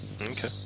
Okay